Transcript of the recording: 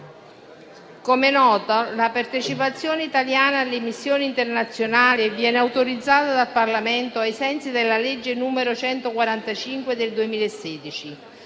Com'è noto, la partecipazione italiana alle missioni internazionali viene autorizzata dal Parlamento ai sensi della legge n. 145 del 2016,